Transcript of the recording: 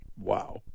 Wow